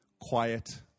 quiet